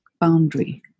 boundary